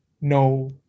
no